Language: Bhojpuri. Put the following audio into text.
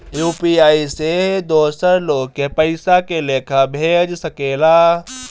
यू.पी.आई से दोसर लोग के पइसा के लेखा भेज सकेला?